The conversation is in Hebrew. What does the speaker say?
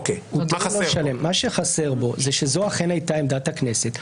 מה שחסר בו הוא שזו אכן הייתה עמדת הכנסת,